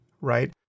right